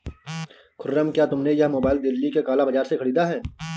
खुर्रम, क्या तुमने यह मोबाइल दिल्ली के काला बाजार से खरीदा है?